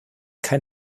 kein